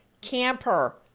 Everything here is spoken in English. camper